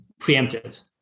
preemptive